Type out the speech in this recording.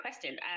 question